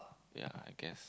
ya I guess